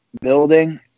building